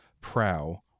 prow